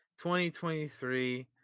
2023